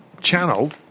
channel